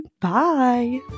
Bye